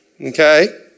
okay